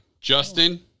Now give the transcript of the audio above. Justin